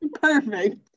Perfect